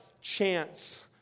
chance